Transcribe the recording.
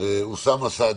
אוסאמה סעדי.